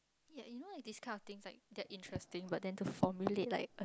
yeah you know it this kind of thing like that interesting but then to formulate like